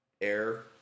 air